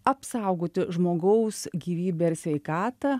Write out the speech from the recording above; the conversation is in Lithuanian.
apsaugoti žmogaus gyvybę ir sveikatą